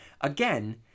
again